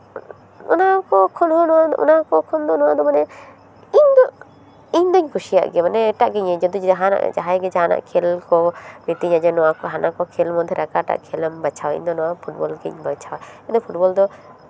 ᱚᱱᱟ ᱠᱚ ᱠᱷᱚᱱ ᱦᱚᱸ ᱱᱚᱣᱟ ᱫᱚ ᱢᱟᱱᱮ ᱤᱧ ᱫᱚ ᱤᱧ ᱫᱚᱧ ᱠᱩᱥᱤᱭᱟᱜ ᱜᱮᱭᱟ ᱢᱟᱱᱮ ᱮᱴᱟᱜ ᱜᱤᱧ ᱡᱩᱫᱤ ᱡᱟᱦᱟᱱᱟᱜ ᱡᱟᱦᱟᱸᱭ ᱜᱮ ᱡᱟᱦᱟᱱᱟᱜ ᱠᱷᱮᱞ ᱠᱚ ᱢᱤᱛᱟᱹᱧᱟ ᱡᱮ ᱱᱚᱣᱟ ᱠᱚ ᱦᱟᱱᱟ ᱠᱚ ᱠᱷᱮᱞ ᱢᱚᱫᱽᱫᱷᱮᱨᱮ ᱚᱠᱟᱴᱟᱜ ᱠᱷᱮᱞᱮᱢ ᱵᱟᱪᱷᱟᱣᱟ ᱤᱧ ᱫᱚ ᱱᱚᱣᱟ ᱯᱷᱩᱴᱵᱚᱞ ᱜᱤᱧ ᱵᱟᱪᱷᱟᱣᱟ ᱱᱤᱭᱟᱹ ᱯᱷᱩᱴᱵᱚᱞ ᱫᱚ